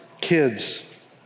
kids